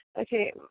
Okay